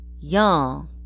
young